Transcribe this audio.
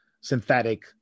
synthetic